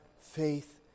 faith